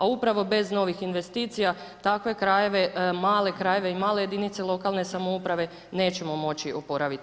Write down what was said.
A upravo bez novih investicija, takve krajeve, male krajeve i male jedinice lokalne samouprave, nećemo moći oporaviti.